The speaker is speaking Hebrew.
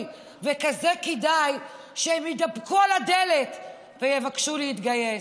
וכזה כדאי שהם יתדפקו על הדלת ויבקשו להתגייס,